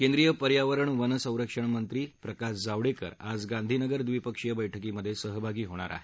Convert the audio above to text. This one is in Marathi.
केंद्रीय पर्यावरण वन संरक्षण मंत्री प्रकाश जावडेकर आज गांधीनगर द्विपक्षीय बैठकीमध्ये सहभागी होणार आहेत